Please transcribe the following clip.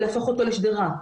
ולהפוך אותו לשדרה.